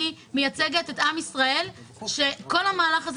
אני מייצגת את עם ישראל שכל המהלך הזה